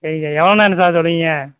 நீங்கள் எவ்வளோ நேரம் சார் சொல்வீங்க